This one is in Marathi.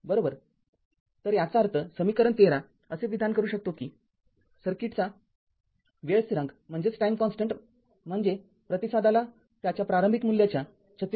तर याचा अर्थ समीकरण १३ असे विधान करू शकतो कि सर्किटचा वेळ स्थिरांक म्हणजे प्रतिसादाला त्याच्या प्रारंभिक मूल्याच्या ३६